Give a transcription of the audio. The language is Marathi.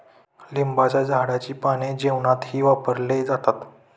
लिंबाच्या झाडाची पाने जेवणातही वापरले जातात